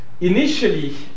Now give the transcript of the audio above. Initially